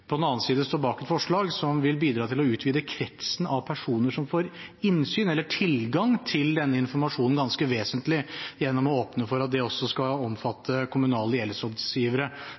på den andre siden står bak et forslag som vil bidra til å utvide kretsen av personer som får innsyn i eller tilgang til denne informasjonen ganske vesentlig, gjennom å åpne for at det også skal omfatte kommunale